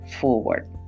forward